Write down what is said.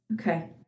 Okay